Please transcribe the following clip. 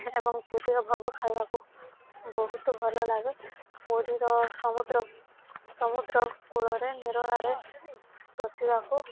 ଏବଂ ପୁରୀର ଭୋଗ ଖାଇବାକୁ ବହୁତ ଭଲ ଲାଗେ ପୁରୀର ସମୁଦ୍ର ସମୁଦ୍ରକୂଳରେ ନିରୋଳାରେ ବସିବାକୁ